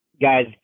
guys